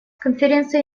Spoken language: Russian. конференция